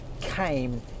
came